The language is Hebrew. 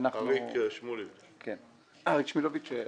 אריק שמילוביץ,